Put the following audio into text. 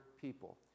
people